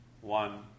One